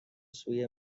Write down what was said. سوی